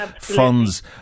funds